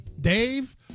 Dave